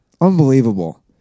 Unbelievable